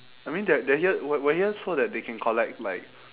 I mean they're they're here we we're here so they can collect like